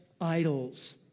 idols